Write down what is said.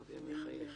גבי מחייכת.